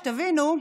שתבינו,